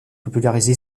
popularisé